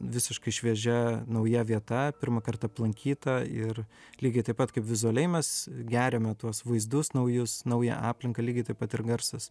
visiškai šviežia nauja vieta pirmąkart aplankyta ir lygiai taip pat kaip vizualiai mes geriame tuos vaizdus naujus naują aplinka lygiai taip pat ir garsas